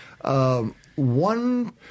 One